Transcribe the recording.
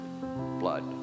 blood